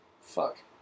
fuck